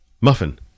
Muffin